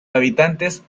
habitantes